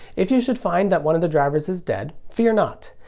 if you should find that one of the drivers is dead, fear not!